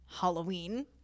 halloween